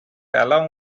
along